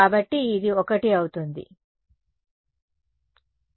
కాబట్టి ఇది 1 అవుతుంది విద్యార్థి అవును